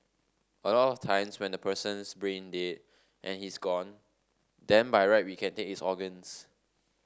a lot of times when the person's brain dead and he's gone then by right we can take his organs